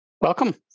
Welcome